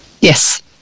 Yes